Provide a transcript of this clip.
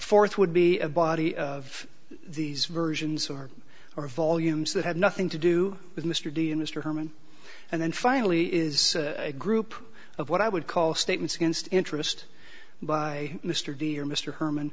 fourth would be a body of these versions or are volumes that have nothing to do with mr de in mr herman and then finally is a group of what i would call statements against interest by mr d or mr herman